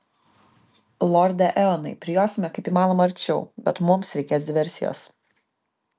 lorde eonai prijosime kaip įmanoma arčiau bet mums reikės diversijos